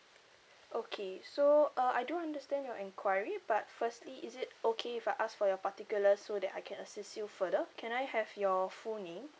okay so uh I do understand your enquiry but firstly is it okay if I ask for your particulars so that I can assist you further can I have your full name